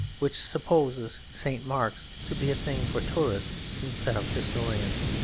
which supposes st. mark's to be a thing for tourists instead of historians.